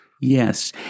yes